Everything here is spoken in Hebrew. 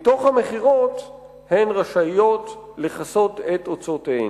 מתוך המכירות הן רשאיות לכסות את הוצאותיהן.